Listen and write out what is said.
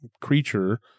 creature –